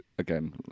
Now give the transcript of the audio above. Again